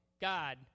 God